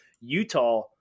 utah